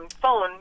phone